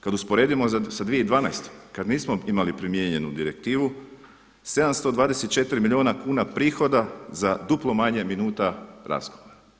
Kad usporedimo sa 2012. kad nismo imali primijenjenu direktivu 724 milijuna kuna prihoda za duplo manje minuta razgovora.